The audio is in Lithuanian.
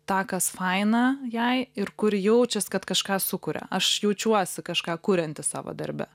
tą kas faina jai ir kur jaučias kad kažką sukuria aš jaučiuosi kažką kurianti savo darbe